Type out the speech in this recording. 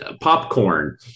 popcorn